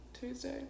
Tuesday